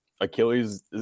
achilles